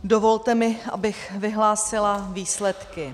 Dovolte mi, abych vyhlásila výsledky.